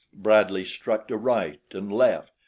bradley struck to right and left.